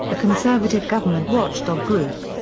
a conservative government watchdog group.